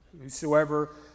Whosoever